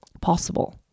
possible